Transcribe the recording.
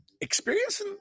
experience